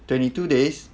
twenty two days